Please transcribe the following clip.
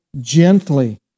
gently